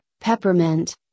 peppermint